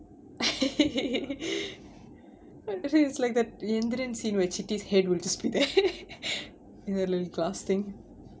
actually it's like that Enthiran scene :வெச்சுட்டு:vechuttu his head will just be there in a litle glass thing